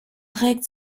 trägt